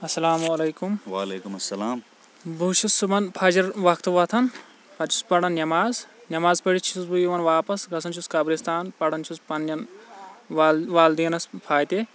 السَلامُ عَلَیکُم وعلَیکُم السَلام بہٕ حظ چھُس صُبحَن فَجَر وَقتہٕ وَتھان پَتہٕ چھُس پَران نٮ۪ماز نٮ۪ماز پٔرتھ چھُس بہٕ یِوان واپَس گَژھان چھُس قَبرِستان پَران چھُس پَننؠن والِد والدینَس فاتے